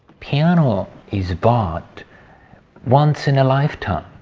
piano is bought once in a lifetime,